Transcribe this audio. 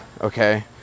okay